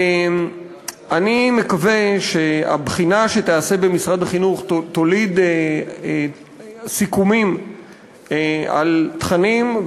אני מקווה שהבחינה שתיעשה במשרד החינוך תוליד סיכומים על תכנים.